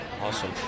Awesome